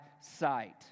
sight